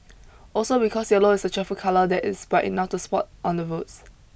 also because yellow is a cheerful colour that is bright enough to spot on the roads